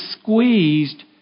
squeezed